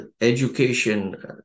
education